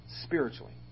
spiritually